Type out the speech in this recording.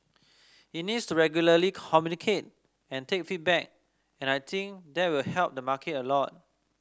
he needs to regularly communicate and take feedback and I think that will help the market a lot